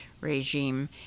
regime